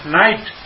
night